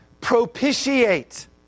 propitiate